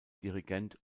dirigent